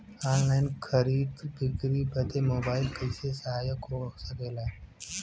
Online खरीद बिक्री बदे मोबाइल कइसे सहायक हो सकेला?